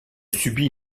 subit